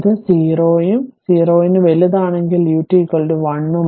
അതിനാൽ ഇത് 0 ഉം 0 ന് 0 ന് വലുതാണെങ്കിൽ ut1 ഉം ആണ്